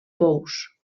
pous